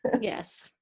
Yes